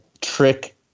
trick